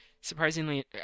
surprisingly